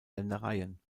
ländereien